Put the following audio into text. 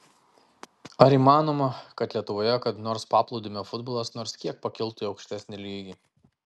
ar įmanoma kad lietuvoje kada nors paplūdimio futbolas nors kiek pakiltų į aukštesnį lygį